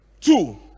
two